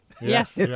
Yes